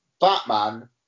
Batman